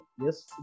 Yes